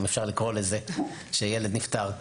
אם אפשר לקרוא לזה כך כשילד נפטר,